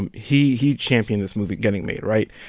and he he championed this movie getting made, right?